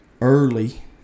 early